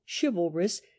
chivalrous